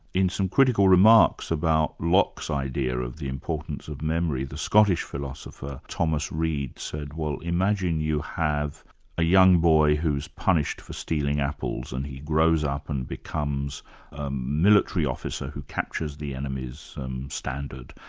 in some critical remarks about locke's idea of the importance of memory, the scottish philosopher, thomas reid, said, well imagine you have a young boy who's punished for stealing apples and he grows up and becomes a military officer who captures the enemy's standard.